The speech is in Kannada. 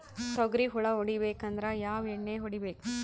ತೊಗ್ರಿ ಹುಳ ಹೊಡಿಬೇಕಂದ್ರ ಯಾವ್ ಎಣ್ಣಿ ಹೊಡಿಬೇಕು?